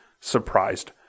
surprised